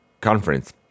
conference